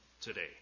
today